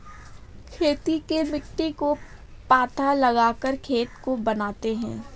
खेती में मिट्टी को पाथा लगाकर खेत को बनाते हैं?